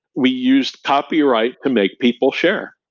we used copyright to make people share,